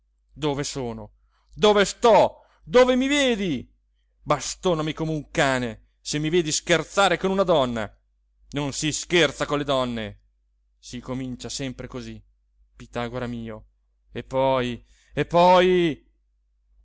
dove sono dove sto dove mi vedi bastonami come un cane se mi vedi scherzare con una donna non si scherza con le donne si comincia sempre cosí pitagora mio e poi e poi